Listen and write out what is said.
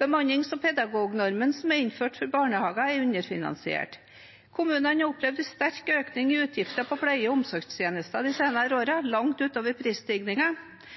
Bemannings- og pedagognormen som er innført for barnehagene, er underfinansiert. Kommunene har opplevd en sterk økning i utgifter til pleie- og omsorgstjenester de senere årene, langt utover